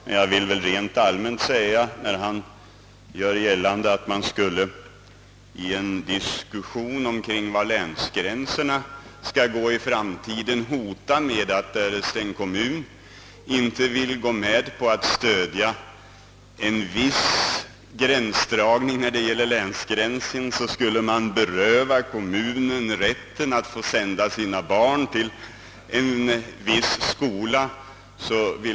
Jag vill emellertid rent allmänt framhålla att skol frågor inte får behandlas på det sättet, att man vid en diskussion om den framtida länsgränsen hotar med att en kommun som inte vill stödja en viss gränsdragning skulle berövas rätten att sända sina barn till en viss skola.